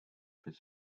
fait